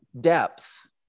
depth